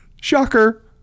Shocker